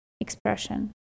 expression